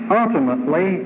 ultimately